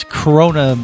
corona